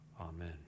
Amen